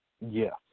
Yes